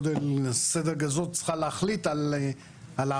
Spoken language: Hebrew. בסדר גודל כזה צריכה להחליט על ההשקעה,